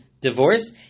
divorce